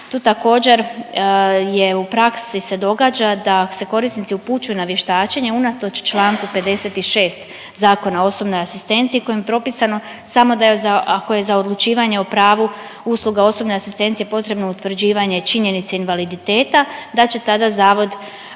tu također je u praksi se događa da se korisnici upućuju na vještačenje unatoč čl. 56. Zakona o osobnoj asistenciji, kojom je propisano samo da je za ako je za odlučivanje o pravu usluga osobne asistencije potrebno utvrđivanje činjenice invaliditeta, da će tada zavod